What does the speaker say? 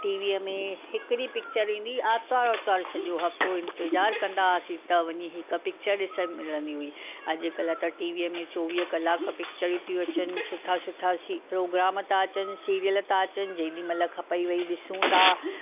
टीवीअ में हिकिड़ी पिक्चर ईंदी हुई आर्तवारु आर्तवारु सॼो हफ़्तो इंतिजारु कंदा हुआसीं त वञी हिकु पिक्चर ॾिसण मिलंंदी हुई अॼुकल्ह त टीवीअ में चोवीह कलाक पिक्चरियूं थी अचनि सुठा सुठा सि प्रोग्राम था अचनि सिरियल था अचनि जेॾीमहिल खपई वेही ॾिसूं था